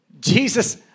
Jesus